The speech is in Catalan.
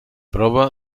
prova